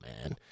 man